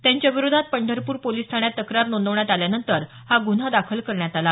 त्यांच्याविरोधात पंढरपूर पोलिस ठाण्यात तक्रार नोंदवण्यात आल्यानंतर हा गुन्हा दाखल करण्यात आला